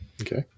Okay